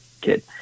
kid